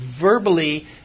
verbally